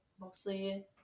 mostly